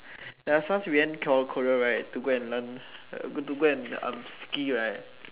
there was once we went Korea right to go and learn to go and ski right